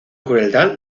crueldad